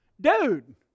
Dude